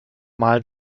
mal